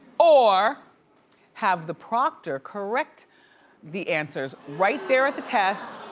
or have the proctor correct the answers right there at the test,